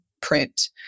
print